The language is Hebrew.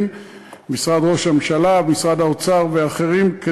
משרד ראש הממשלה ואחרים,